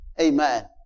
Amen